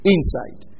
Inside